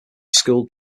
school